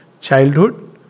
childhood